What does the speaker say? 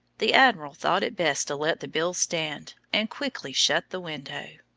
the admiral thought it best to let the bill stand, and quickly shut the window.